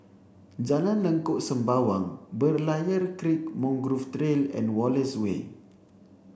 Jalan Lengkok Sembawang Berlayer Creek Mangrove Trail and Wallace Way